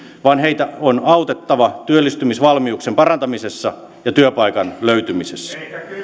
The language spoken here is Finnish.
vaan heitä on autettava työllistymisvalmiuksien parantamisessa ja työpaikan löytymisessä